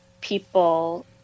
people